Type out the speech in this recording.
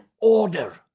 order